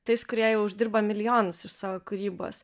tais kurie jau uždirba milijonus iš savo kūrybos